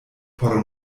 por